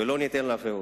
ולא ניתן להפר אותו,